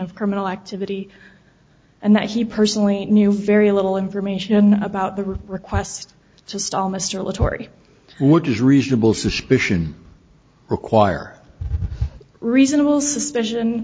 of criminal activity and that he personally knew very little information about the request to stall mr le tory what is reasonable suspicion require reasonable suspicion